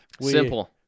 Simple